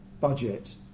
budget